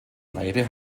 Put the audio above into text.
beide